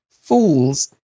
fools